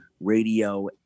radio